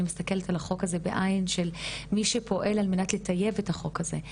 מסתכלת על החוק הזה בעין של מי שפועל על מנת לטייב את החוק הזה,